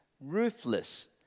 ruthless